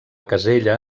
casella